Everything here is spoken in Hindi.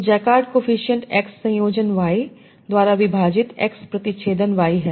तो जैककार्ड कोएफिसिएंट X संयोजन Y द्वारा विभाजित X प्रतिच्छेदन Y है